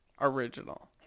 original